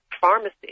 pharmacy